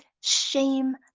shame